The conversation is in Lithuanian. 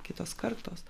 kitos kartos